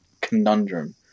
conundrum